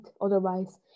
Otherwise